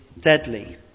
deadly